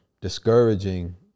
discouraging